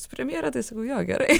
su premjera tai sakau jo gerai